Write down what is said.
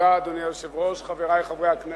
אדוני היושב-ראש, תודה, חברי חברי הכנסת,